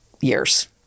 years